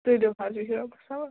تُلِو حظ بِہِو رۅبس حَوال